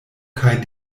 kaj